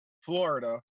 Florida